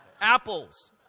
Apples